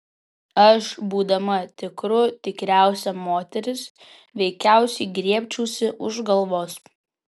aš būdama tikrų tikriausia moteris veikiausiai griebčiausi už galvos